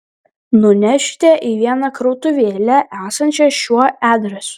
nunešite į vieną krautuvėlę esančią šiuo adresu